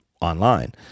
online